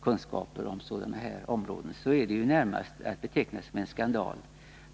kunskaper på området, är det närmast att beteckna som en skandal.